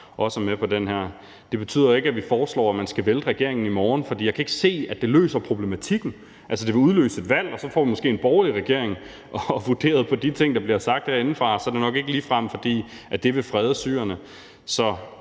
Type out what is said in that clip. Det betyder ikke, at vi foreslår, at man skal vælte regeringen i morgen, for jeg kan ikke se, at det løser problematikken. Altså, det vil udløse et valg, og så får vi måske en borgerlig regering, og vurderet på de ting, der bliver sagt herinde fra, er det jo nok ikke ligefrem, fordi det vil frede syrerne.